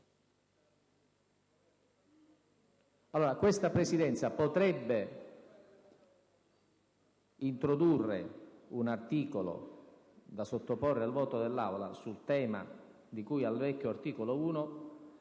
Questa Presidenza potrebbe introdurre un articolo da sottoporre al voto dell'Aula sul tema di cui al vecchio articolo 1